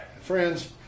friends